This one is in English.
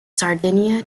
sardinia